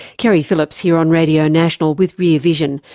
keri phillips here on radio national with rear vision,